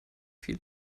viel